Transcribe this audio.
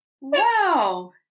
Wow